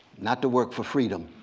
not the work for freedom,